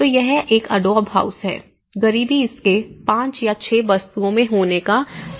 तो यह एक एडोब हाउस है गरीबी इसके 5 या 6 बस्तियों में होने का सामान्य कारक है